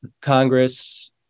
Congress